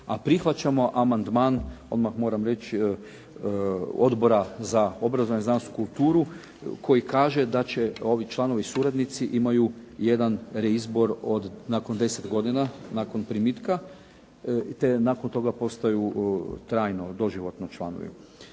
odmah moram reći Odbora za obrazovanje, znanost i kulturu koji kaže da će ovi članovi suradnici imaju jedan reizbor nakon 10 godina primitka, te nakon toga postaju trajno, doživotno članovi.